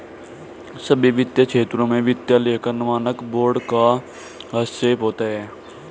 सभी वित्तीय क्षेत्रों में वित्तीय लेखा मानक बोर्ड का हस्तक्षेप होता है